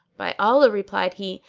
by allah, replied he,